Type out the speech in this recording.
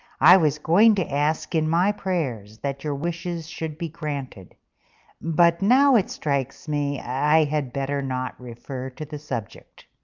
i was going to ask in my prayers that your wishes should be granted but now it strikes me i had better not refer to the subject.